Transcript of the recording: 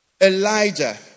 Elijah